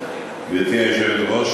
גברתי היושבת-ראש,